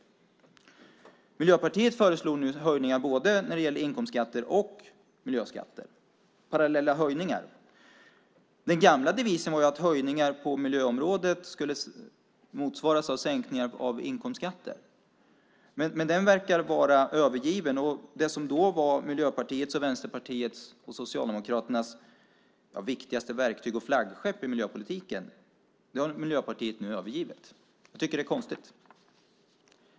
Miljöpartiet föreslår nu höjningar när det gäller både inkomstskatter och miljöskatter - parallella höjningar. Den gamla devisen var ju att höjningar på miljöområdet skulle motsvaras av sänkningar av inkomstskatter, men den verkar vara övergiven. Det som då var Miljöpartiets, Vänsterpartiets och Socialdemokraternas viktigaste verktyg och flaggskepp i miljöpolitiken har Miljöpartiet nu övergivit. Jag tycker att det är konstigt.